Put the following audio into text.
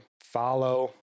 follow